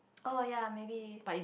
oh ya maybe